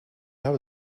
habe